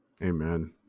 Amen